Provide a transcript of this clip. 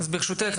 ברשותך,